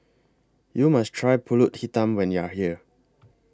YOU must Try Pulut Hitam when YOU Are here